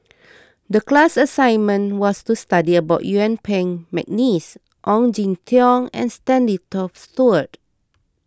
the class assignment was to study about Yuen Peng McNeice Ong Jin Teong and Stanley Toft Stewart